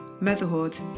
motherhood